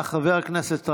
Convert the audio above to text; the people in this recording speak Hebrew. חבר הכנסת רז,